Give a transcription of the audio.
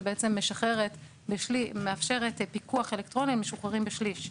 שבעצם מאפשרת פיקוח אלקטרוני למשוחררים בשליש,